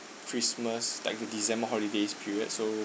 christmas like the december holidays period so